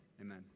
Amen